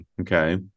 Okay